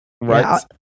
right